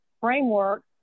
framework